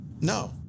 No